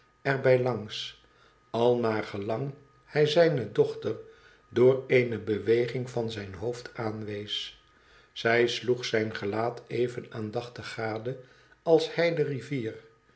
bij langs al naar gelang hij zijne dochter door eene beweging van zijn hoofd aanwees zij sloeg zijn gelaat even aandachtig gade als hij de rivier